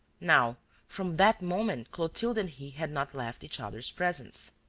now from that moment clotilde and he had not left each other's presence.